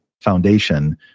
foundation